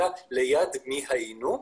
אלא ליד מי היינו,